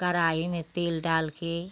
कराही में तेल डाल कर